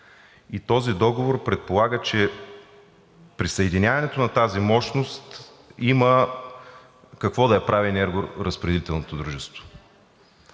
и този договор предполага, че присъединяването на тази мощност има какво да я прави енергоразпределителното дружество.